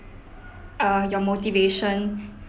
err your motivation